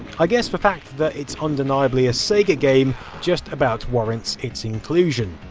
i guess the fact that it's undeniably a sega game just about warrants it's inclusion.